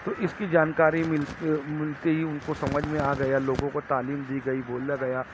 تو اس کی جانکاری مل ملتے ہی ان کو سمجھ میں آ گیا لوگوں کی تعلیم دی گئی بولا گیا